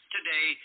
Today